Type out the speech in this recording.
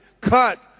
cut